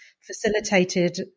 facilitated